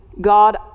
God